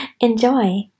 enjoy